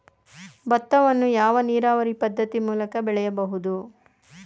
ಭತ್ತವನ್ನು ಯಾವ ನೀರಾವರಿ ಪದ್ಧತಿ ಮೂಲಕ ಬೆಳೆಯಬಹುದು?